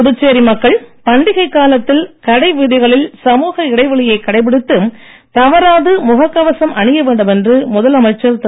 புதுச்சேரி மக்கள் பண்டிகைக் காலத்தில் கடை வீதிகளில் சமூக இடைவெளியைக் கடைபிடித்து தவறாது முகக் கவசம் அணியவேண்டும் என்று முதலமைச்சர் திரு